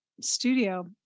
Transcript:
Studio